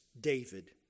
David